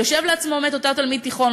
חושב לעצמו אותו תלמיד תיכון,